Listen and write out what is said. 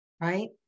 right